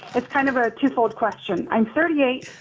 it's kind of a two-fold question. i'm thirty eight.